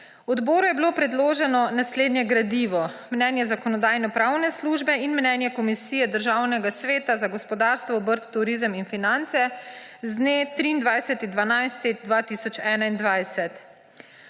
Odboru je bilo predloženo naslednje gradivo: mnenje Zakonodajno-pravne službe in mnenje Komisije Državnega sveta za gospodarstvo, obrt, turizem in finance z dne 23. 12. 2021.